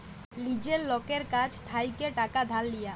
লীজের লকের কাছ থ্যাইকে টাকা ধার লিয়া